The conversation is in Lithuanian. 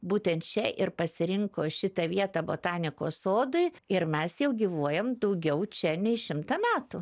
būtent čia ir pasirinko šitą vietą botanikos sodui ir mes jau gyvuojam daugiau čia nei šimtą metų